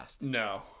No